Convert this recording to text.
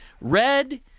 red